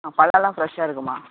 ஆ பழம்லாம் ஃப்ரெஷ்ஷாக இருக்கும்மா